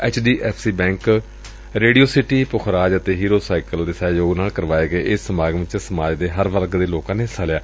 H D F C bank radio city Pukhraj ਅਤੇ Hero cycle ਦੇ ਸਹਿਯੋਗ ਨਾਲ ਕਰਵਾਏ ਗਏ ਇਸ ਸਮਾਗਮ ਚ ਸਮਾਜ ਦੇ ਹਰ ਵਰਗ ਦੇ ਲੋਕਾਂ ਨੇ ਹਿੱਸਾ ਲਿਆ